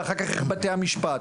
ואחר כך בתי המשפט.